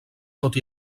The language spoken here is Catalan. tot